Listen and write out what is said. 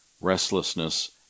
restlessness